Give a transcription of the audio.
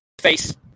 face